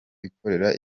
bikorera